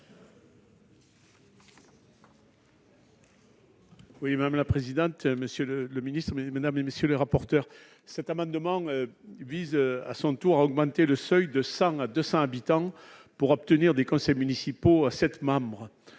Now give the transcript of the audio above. Oui, madame la présidente, monsieur le le ministre mais mesdames et messieurs les rapporteurs, cet amendement vise à son tour à augmenter le seuil de 100 à 200 habitants pour obtenir des conseils municipaux, 7 membres,